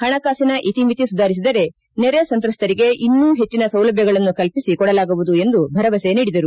ಪಣಕಾಸಿನ ಇತಿಮಿತಿ ಸುಧಾರಿಸಿದರೆ ನೆರೆ ಸಂತ್ರಸ್ತರಿಗೆ ಇನ್ನು ಪೆಚ್ಚಿನ ಸೌಲಭ್ದಗಳನ್ನು ಕಲ್ಪಿಸಿ ಕೊಡಲಾಗುವುದು ಎಂದು ಭರವಸೆ ನೀಡಿದರು